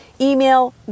email